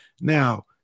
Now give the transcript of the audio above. Now